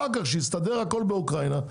אחר כך שיסתדר הכל באוקראינה,